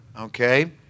Okay